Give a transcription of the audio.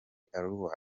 arua